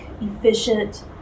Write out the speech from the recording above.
efficient